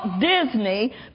Disney